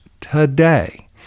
today